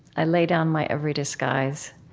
i lay down my every disguise.